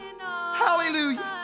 Hallelujah